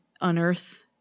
unearth